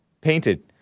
painted